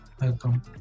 Welcome